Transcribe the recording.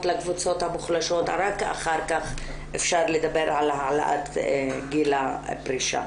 לקבוצות המוחלשות ורק אחר כך אפשר לדבר על העלאת גיל הפרישה.